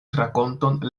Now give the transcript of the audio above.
rakonton